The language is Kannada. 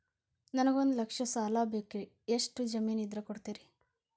ನನಗೆ ಒಂದು ಲಕ್ಷ ಸಾಲ ಬೇಕ್ರಿ ಎಷ್ಟು ಜಮೇನ್ ಇದ್ರ ಕೊಡ್ತೇರಿ?